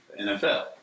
NFL